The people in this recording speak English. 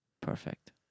Perfect